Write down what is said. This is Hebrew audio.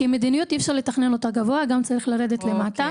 מדיניות אי-אפשר לתכנן מגבוה, גם צריך לרדת למטה.